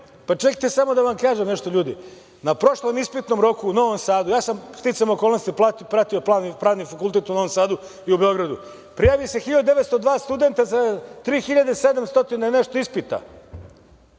Pa, čekajte, samo da vam kažem nešto, ljudi, na prošlom ispitnom roku u Novom Sadu, ja sam sticajem okolnosti pratio Pravni fakultet u Novom Sadu i u Beogradu, prijavi se 1.902 studenta za 3.700 i nešto ispita.